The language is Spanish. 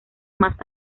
más